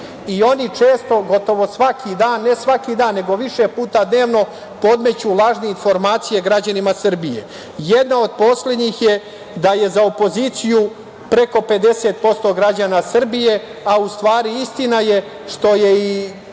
često, gotovo svaki dan, ne svaki dan, nego više puta dnevno, podmeću lažne informacije građanima Srbije. Jedna od poslednjih je da je za opoziciju preko 50% građana Srbije, a u stvari, istina je, što je i